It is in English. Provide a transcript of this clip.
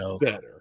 better